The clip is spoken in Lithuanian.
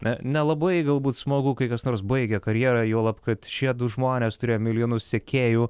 na nelabai galbūt smagu kai kas nors baigia karjerą juolab kad šiedu žmonės turėjo milijonus sekėjų